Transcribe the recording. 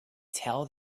tell